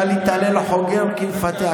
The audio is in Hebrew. אל יתהלל חוגר כמפתח.